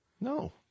No